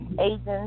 agents